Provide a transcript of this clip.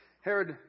Herod